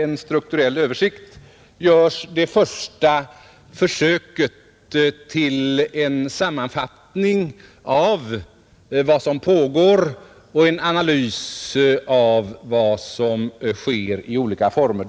En strukturell översikt”, görs det första försöket till en sammanfattning av vad som pågår och en analys av vad som sker i olika former.